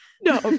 No